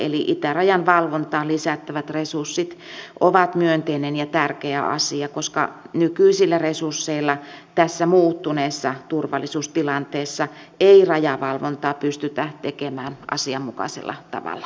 eli itärajan valvontaan lisättävät resurssit ovat myönteinen ja tärkeä asia koska nykyisillä resursseilla tässä muuttuneessa turvallisuustilanteessa ei rajavalvontaa pystytä tekemään asianmukaisella tavalla